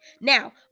Now